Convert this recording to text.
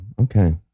okay